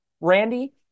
Randy